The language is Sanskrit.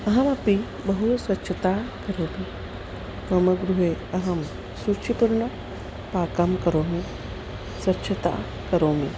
अहमपि बहु स्वच्छता करोमि मम गृहे अहं सुचिपूर्णं पाकं करोमि स्वच्छतां करोमि